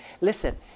Listen